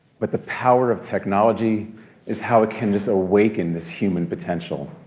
but the power of technology is how it can just awaken this human potential.